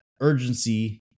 urgency